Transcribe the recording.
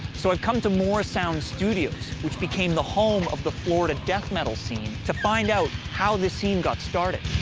so i've come to morrisound studios, which became the home of the florida death metal scene, to find out how this scene got started.